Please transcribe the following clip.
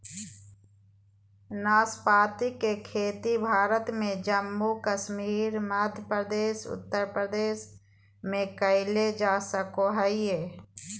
नाशपाती के खेती भारत में जम्मू कश्मीर, मध्य प्रदेश, उत्तर प्रदेश में कइल जा सको हइ